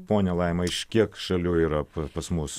ponia laima iš kiek šalių yra pas mus